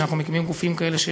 שאנחנו מקימים גופים כאלה,